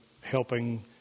helping